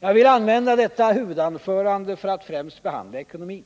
Jag ville använda detta huvudanförande för att främst behandla ekonomin.